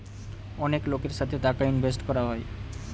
অনেক লোকের সাথে টাকা ইনভেস্ট করা হয়